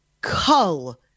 cull